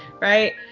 right